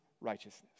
righteousness